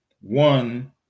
one